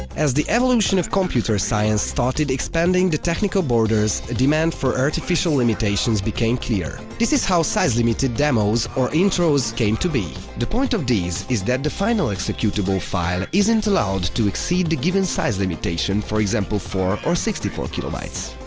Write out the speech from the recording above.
as the evolution of computer science started expanding the technical borders, a demand for artificial limitations became clear. this is how size-limited demos, or intros, came to be. the point of these is that the final executable file isn't allowed to exceed the given size limitation, for example four or sixty four kilobytes.